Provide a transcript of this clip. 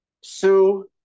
Sue